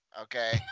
Okay